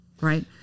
right